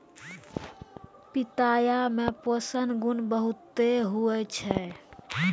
पिताया मे पोषण गुण बहुते हुवै छै